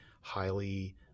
highly